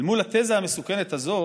אל מול התזה המסוכנת הזאת